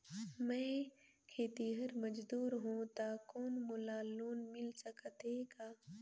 मैं खेतिहर मजदूर हों ता कौन मोला लोन मिल सकत हे का?